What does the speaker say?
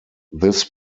this